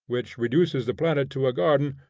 which reduces the planet to a garden,